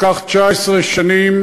לקח 19 שנים